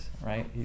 right